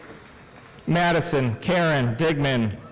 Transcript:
madison karen digman.